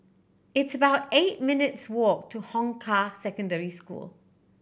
it's about eight minutes' walk to Hong Kah Secondary School